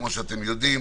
כפי שאתם יודעים.